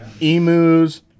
Emus